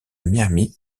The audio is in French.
miami